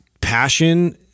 passion